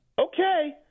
Okay